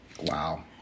Wow